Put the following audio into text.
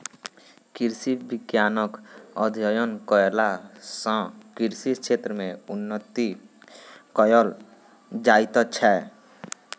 कृषि विज्ञानक अध्ययन कयला सॅ कृषि क्षेत्र मे उन्नति कयल जाइत छै